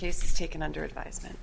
case taken under advisement